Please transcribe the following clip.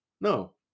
No